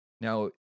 Now